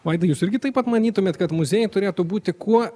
vaidai jūs irgi taip pat manytumėt kad muziejai turėtų būti kuo